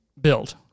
build